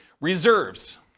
reserves